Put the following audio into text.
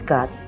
God